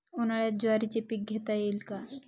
उन्हाळ्यात ज्वारीचे पीक घेता येईल का?